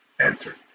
Enter